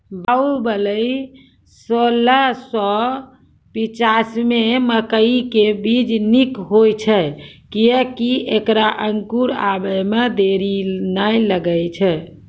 बाहुबली सोलह सौ पिच्छान्यबे मकई के बीज निक होई छै किये की ऐकरा अंकुर आबै मे देरी नैय लागै छै?